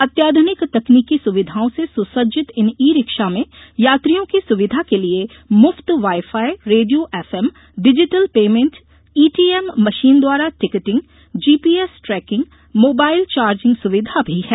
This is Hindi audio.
अत्याधुनिक तकनीकी सुविधाओं से सुसज्जित इन ई रिक्शा में यात्रियों की सुविधा के लिये मुफ्त wi fi radio FM digital payment ETM machine द्वारा ticketing GPS tracking mobile charging सुविधा भी है